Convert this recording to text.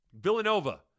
Villanova